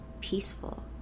peaceful